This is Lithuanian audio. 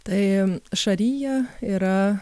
tai šaryja yra